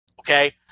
okay